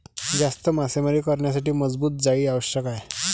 जास्त मासेमारी करण्यासाठी मजबूत जाळी आवश्यक आहे